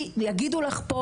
יגידו לך פה